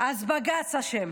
בג"ץ אשם.